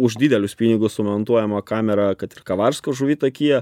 už didelius pinigus sumontuojama kamera kad kavarsko žuvitakyje